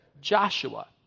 Joshua